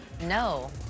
no